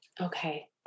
Okay